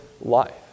life